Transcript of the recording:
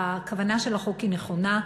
הכוונה של החוק נכונה,